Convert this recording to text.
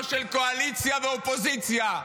לא של קואליציה ואופוזיציה.